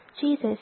Jesus